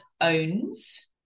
owns